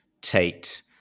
Tate